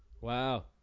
Wow